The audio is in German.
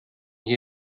hier